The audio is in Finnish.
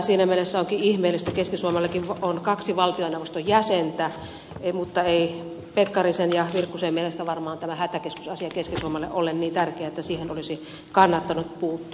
siinä mielessä se onkin ihmeellistä kun keski suomellakin on kaksi valtioneuvoston jäsentä mutta ei pekkarisen ja virkkusen mielestä varmaan tämä hätäkeskusasia keski suomelle ole niin tärkeä että siihen olisi kannattanut puuttua